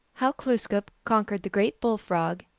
how glooskap conquered the great bull-frog,